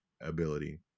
ability